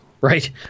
Right